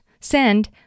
send